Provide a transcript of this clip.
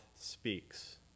speaks